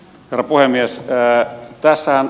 herra puhemies